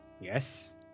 Yes